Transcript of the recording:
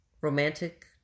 Romantic